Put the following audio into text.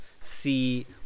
see